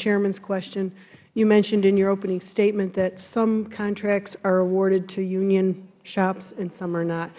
chairmans question you mentioned in your opening statement that some contracts are awarded to union shops and some are not